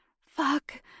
Fuck